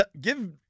give